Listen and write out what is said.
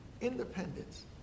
independence